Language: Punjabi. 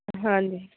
ਹਾਂਜੀ